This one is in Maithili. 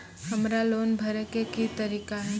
हमरा लोन भरे के की तरीका है?